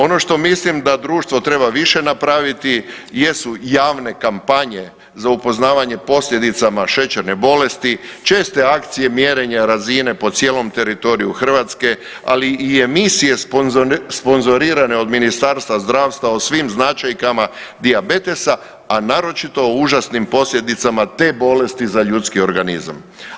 Ono što mislim da društvo treba više napraviti jesu javne kampanje za upoznavanja posljedica šećerne bolesti, česte akcije mjerenja razine po cijelom teritoriju Hrvatske, ali i emisije sponzorirane od Ministarstva zdravstva o svim značajkama dijabetesa, a naročito o užasnim posljedicama te bolesti za ljudski organizam.